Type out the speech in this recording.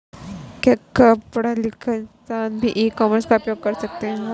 क्या कम पढ़ा लिखा किसान भी ई कॉमर्स का उपयोग कर सकता है?